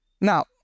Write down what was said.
Now